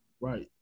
Right